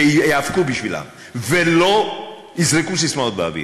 שייאבקו בשבילם ולא יזרקו ססמאות באוויר.